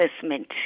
assessment